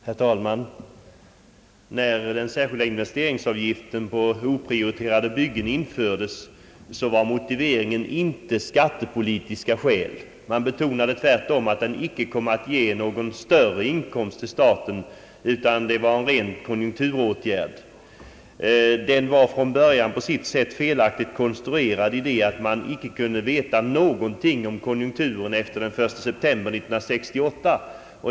Herr talman! När den särskilda investeringsavgiften på <oprioriterade byggen infördes var det inte av skattepolitiska skäl. Man betonade tvärtom att den inte kommer att ge någon större inkomst till staten, utan att det var en rent konjunkturpolitisk åtgärd. Den var från början på sitt sätt felaktigt konstruerad, därför att man inte kunde veta någonting om konjunkturen efter 1968.